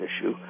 issue